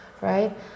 right